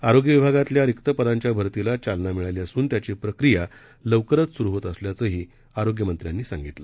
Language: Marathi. आरोग्यविभागातल्यारिक्तपदांच्याभरतीलाचालनामिळालीअसूनत्याचीप्रक्रियालवकरचसुरूहोतअसल्याचंहीआरोग्यमंत्र्यांनीयावे ळीसांगितलं